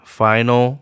final